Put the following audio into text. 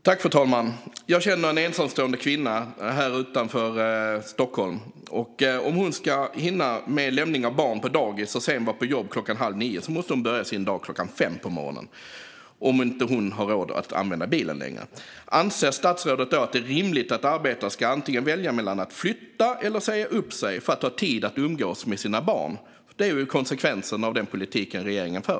Fru talman! Jag känner en ensamstående kvinna här utanför Stockholm. Om hon ska hinna med lämning av barn på dagis och sedan vara på jobbet klockan halv nio måste hon börja sin dag klockan fem på morgonen om hon inte har råd att använda bilen längre. Anser statsrådet att det är rimligt att arbetare ska välja mellan att antingen flytta eller säga upp sig för att ha tid att umgås med sina barn? Det är konsekvensen av den politik som regeringen för.